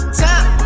time